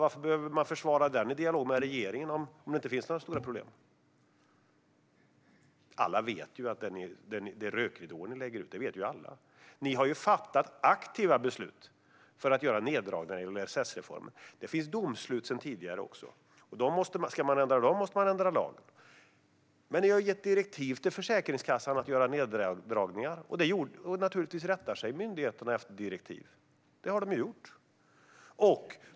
Varför behöver man försvara den i dialog med regeringen om det inte finns några stora problem? Alla vet att det är rökridåer som läggs ut. Regeringen har fattat aktiva beslut för att göra neddragningar i LSS-reformen. Det finns domslut sedan tidigare också. Och om man ska ändra dem måste man ändra lagen. Men regeringen har gett direktiv till Försäkringskassan om att göra neddragningar. Och myndigheterna rättar sig naturligtvis efter direktiv. Det har de gjort.